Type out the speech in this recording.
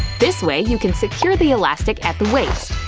this way you can secure the elastic at the waist.